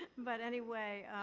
but anyway,